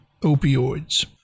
opioids